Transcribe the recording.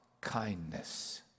kindness